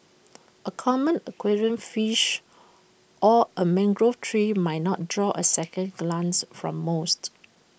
A common aquarium fish or A mangrove tree might not draw A second glance from most